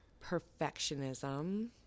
perfectionism